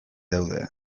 daude